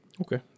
Okay